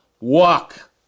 walk